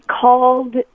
called